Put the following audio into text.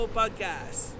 podcast